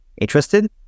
Interested